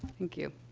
thank you.